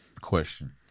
question